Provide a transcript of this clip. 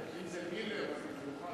השידור (תיקון